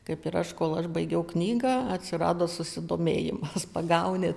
kaip ir aš kol aš baigiau knygą atsirado susidomėjimas pagauni